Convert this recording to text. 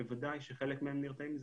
בוודאי שחלק מהם נרתעים מזה,